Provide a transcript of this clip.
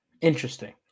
interesting